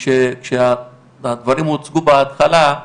כשהדברים הוצגו בהתחלה,